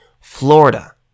Florida